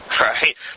right